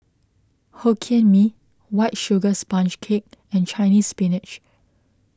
Hokkien Mee White Sugar Sponge Cake and Chinese Spinach